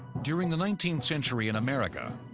during the nineteenth century in america,